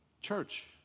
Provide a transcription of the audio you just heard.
Church